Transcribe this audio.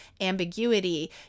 ambiguity